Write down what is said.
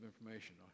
information